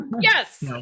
Yes